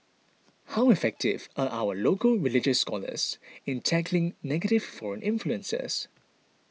how effective are our local religious scholars in tackling negative foreign influences